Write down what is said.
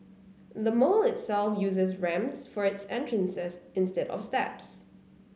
the mall itself uses ramps for its entrances instead of steps